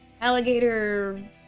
alligator